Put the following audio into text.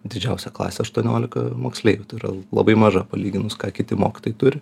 didžiausia klasė aštuoniolika moksleivių tai yra labai maža palyginus ką kiti mokytojai turi